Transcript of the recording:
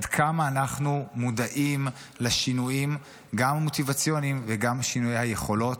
עד כמה אנחנו מודעים לשינויים גם המוטיבציוניים וגם שינויי היכולות,